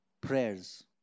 prayers